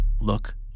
look